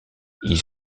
ils